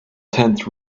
tent